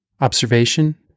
Observation